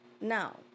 Now